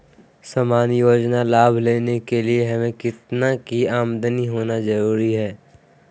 सामान्य योजना लाभ लेने के लिए हमें कितना के आमदनी होना जरूरी है?